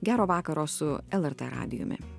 gero vakaro su lrt radijumi